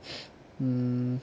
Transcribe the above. um